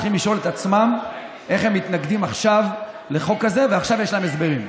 צריכים לשאול את עצמם איך הם מתנגדים עכשיו לחוק הזה ויש להם הסברים.